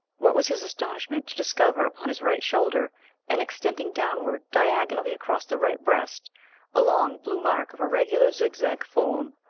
what was his astonishment to discover upon his right shoulder and extending downward diagonally across the right breast a long, blue mark of irregular, zigzag form,